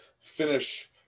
finish